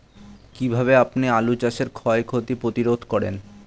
কীভাবে আপনি আলু চাষের ক্ষয় ক্ষতি প্রতিরোধ করেন?